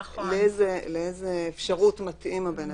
אלא לאיזה אפשרות מתאים הבן אדם,